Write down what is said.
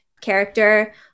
character